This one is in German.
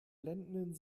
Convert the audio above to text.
blendenden